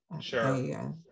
Sure